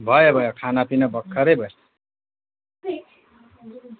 भयो भयो खानापिना भर्खरै भयो